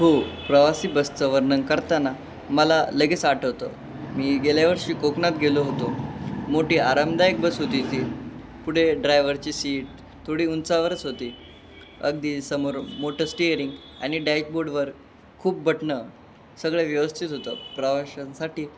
हो प्रवासी बसचं वर्णन करताना मला लगेच आठवतं मी गेल्यावर्षी कोकणात गेलो होतो मोठी आरामदायक बस होती ती पुढे ड्रायव्हरची सीट थोडी उंचावरच होती अगदी समोर मोठं स्टिअरिंग आणि डॅकबोर्डवर खूप बटणं सगळं व्यवस्थित होतं प्रवाशांसाठी